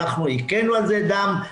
אנחנו הקאנו על זה דם,